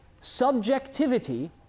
subjectivity